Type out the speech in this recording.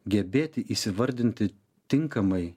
gebėti įsivardinti tinkamai